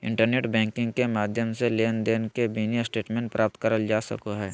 internet banking के माध्यम से लेनदेन के मिनी स्टेटमेंट प्राप्त करल जा सको हय